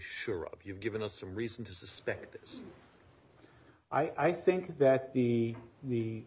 sure of you've given us a reason to suspect this i think that the the